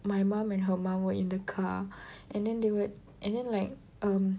my mum and her mum were in the car and then they would and then like um